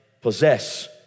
possess